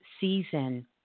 season